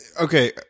Okay